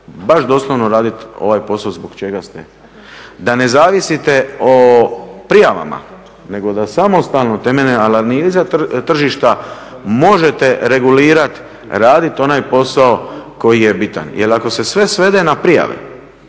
baš doslovno raditi ovaj posao zbog čega ste, da ne zavisite o prijavama, nego da samostalno temeljem analiza tržišta možete regulirati, raditi onaj posao koji je bitan jer ako se svede na prijave,